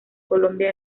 colombia